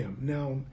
Now